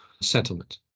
settlement